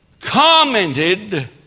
commented